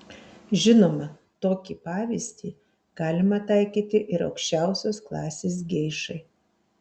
žinoma tokį pavyzdį galima taikyti ir aukščiausios klasės geišai